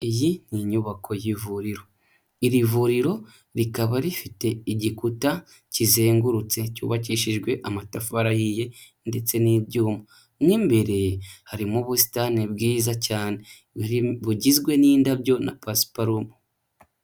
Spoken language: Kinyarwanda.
Iyi ni inyubako y'ivuriro, iri vuriro rikaba rifite igikuta kizengurutse cyubakishijwe amatafari ahiye ndetse n'ibyuma, mo imbere harimo ubusitani bwiza cyane bugizwe n'indabyo na pasiparume.